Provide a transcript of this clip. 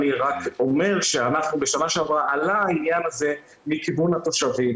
אני רק אומר שבשנה שעברה עלה העניין הזה מכיוון התושבים